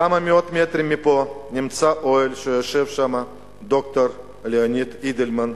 כמה מאות מטרים מפה נמצא אוהל שיושב בו ד"ר ליאוניד אידלמן.